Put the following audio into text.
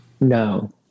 No